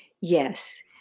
Yes